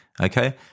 Okay